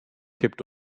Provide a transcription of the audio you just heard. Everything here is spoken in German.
kippt